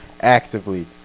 actively